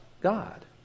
God